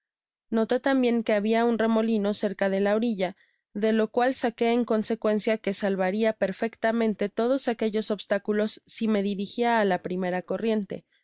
notó tambien que habia un remolino cerca de la orilla de lo cual saqué en consecuencia que salvaria perfectamente todos aquellos obstáculos si me dirigia á la primera corriente